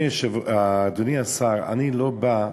אדוני השר, אני לא בא,